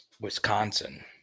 Wisconsin